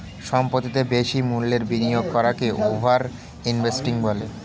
সম্পত্তিতে বেশি মূল্যের বিনিয়োগ করাকে ওভার ইনভেস্টিং বলে